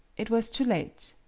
it was too late.